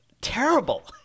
terrible